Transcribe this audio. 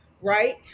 right